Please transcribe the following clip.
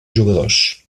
jugadors